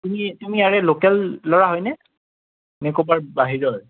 তুমি তুমি ইয়াৰে লোকেল ল'ৰা হয়নে নে ক'ৰবাৰ বাহিৰৰ